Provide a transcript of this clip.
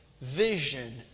Vision